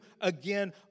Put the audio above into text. again